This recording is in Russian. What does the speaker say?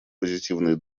позитивный